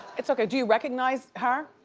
it's okay. do you recognize her?